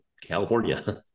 California